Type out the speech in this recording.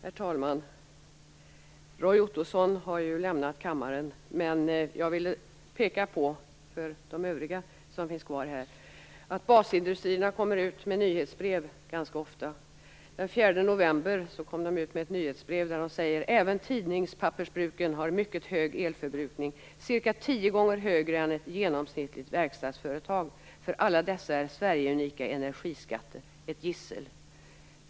Herr talman! Roy Ottosson har lämnat kammaren, men jag vill för de övriga som är kvar här peka på att basindustrierna ganska ofta kommer ut med nyhetsbrev. Den 4 november kom de ut med ett nyhetsbrev där de säger: Även tidningspappersbruken har en mycket hög elförbrukning, cirka tio gånger högre än ett genomsnittligt verkstadsföretag. För alla dessa är Sverigeunika energiskatter ett gissel.